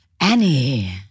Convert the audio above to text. Annie